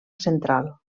central